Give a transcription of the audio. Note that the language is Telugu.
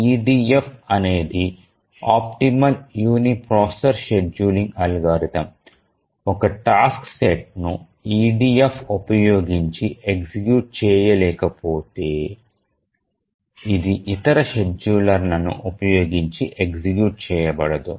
EDF అనేది ఆప్టిమల్ యూనిప్రాసెసర్ షెడ్యూలింగ్ అల్గోరిథం ఒక టాస్క్ సెట్ను EDF ఉపయోగించి ఎగ్జిక్యూట్ చేయలేకపోతే అది ఇతర షెడ్యూలర్లను ఉపయోగించి ఎగ్జిక్యూట్ చేయబడదు